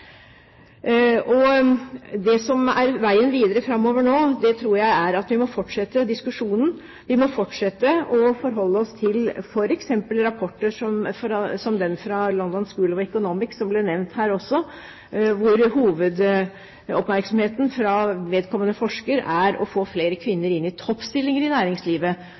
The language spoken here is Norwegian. Det som er veien videre framover nå, tror jeg er at vi må fortsette diskusjonen. Vi må fortsette å forholde oss til f.eks. rapporter som den fra London School of Economics, som også ble nevnt her, hvor hovedoppmerksomheten fra vedkommende forsker var rettet mot det å få flere kvinner inn i toppstillinger i næringslivet,